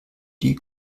die